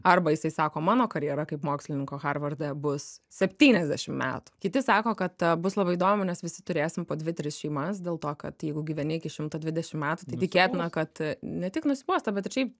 arba jisai sako mano karjera kaip mokslininko harvarde bus septyniasdešim metų kiti sako kad bus labai įdomu nes visi turėsim po dvi tris šeimas dėl to kad jeigu gyveni iki šimto dvidešim metų tai tikėtina kad ne tik nusibosta bet ir šiaip